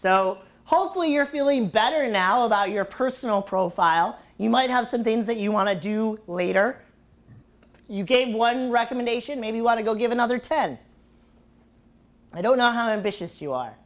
so hopefully you're feeling better now about your personal profile you might have some things that you want to do later you gave one recommendation maybe you want to go give another ten i don't know how ambitious you